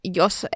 jos